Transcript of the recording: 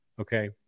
Okay